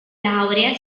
laurea